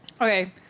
Okay